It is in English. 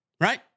right